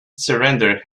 surrendered